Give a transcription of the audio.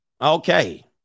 okay